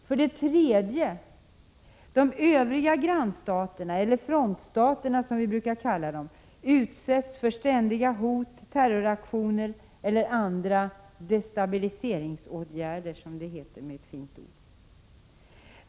För det tredje: De övriga grannstaterna — eller frontstaterna, som vi brukar kalla dem — utsätts för ständiga hot, terroraktioner eller andra destabiliseringsåtgärder, som det heter med ett fint ord.